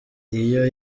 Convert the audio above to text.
iyo